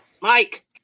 Mike